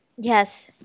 Yes